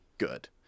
Good